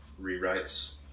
rewrites